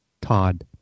Todd